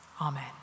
amen